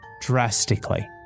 drastically